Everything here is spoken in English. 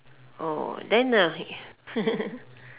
then the